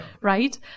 right